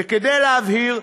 וכדי להבהיר,